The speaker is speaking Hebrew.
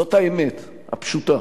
זאת האמת הפשוטה.